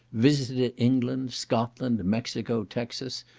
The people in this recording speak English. visited england, scotland, mexico, texas,